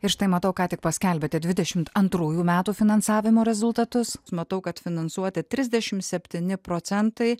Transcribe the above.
ir štai matau ką tik paskelbėte dvidešimt antrųjų metų finansavimo rezultatus matau kad finansuoti trisdešimt septyni procentai